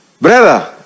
Brother